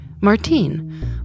Martine